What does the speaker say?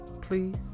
please